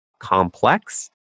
complex